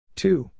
two